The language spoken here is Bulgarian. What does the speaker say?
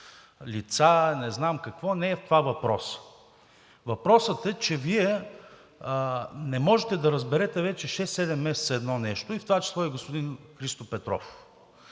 лица, не знам какво, не е в това въпросът. Въпросът е, че Вие не можете да разберете вече шест-седем месеца едно нещо, в това число и господин Христо Петров,